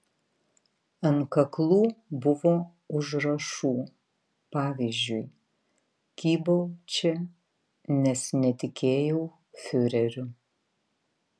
ant kaklų buvo užrašų pavyzdžiui kybau čia nes netikėjau fiureriu